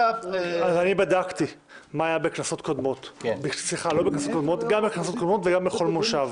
בדקתי מה היה בכנסות קודמות וגם בכל מושב.